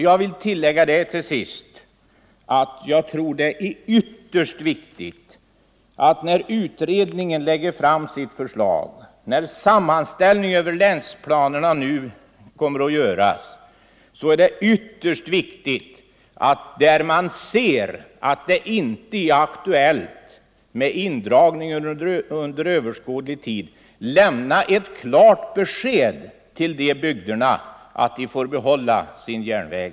Till sist vill jag betona att jag tror att när utredningen lägger fram sitt förslag och sammanställningen av länsplanerna nu kommer att göras är det ytterst viktigt att man, där man ser att det inte är aktuellt med indragning under överskådlig tid, lämnar ett klart besked till de bygderna att de får behålla sin järnväg.